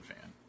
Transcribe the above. fan